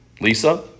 Lisa